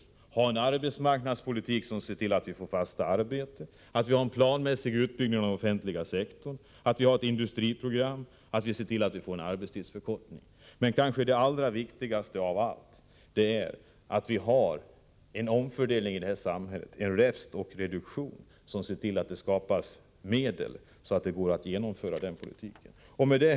Vi måste ha en arbetsmarknadspolitik som ser till att det skapas fasta arbeten, att vi får en planmässig utbyggnad av den offentliga sektorn, att vi får ett industriprogram och att vi får en arbetstidsförkortning. Men det kanske allra viktigaste är att vi får en omfördelning i samhället, en räfst och reduktion så att det skapas medel för att genomföra den här politiken. Herr talman!